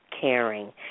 caring